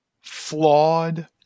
flawed